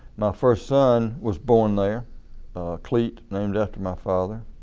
my first son was born there clete, named after my father.